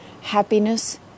Happiness